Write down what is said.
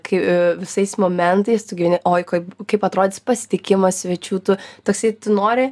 kai visais momentais tu gyveni oi kaip atrodys pasitikimas svečių tu toksai tu nori